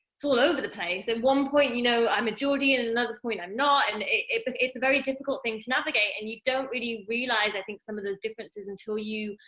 it's all over the kind of one point you know, i'm a geordie and another point i'm not, and but it's a very difficult thing to navigate, and you don't really realise, i think, some of those differences until you,